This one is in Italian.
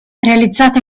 realizzate